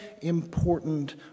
important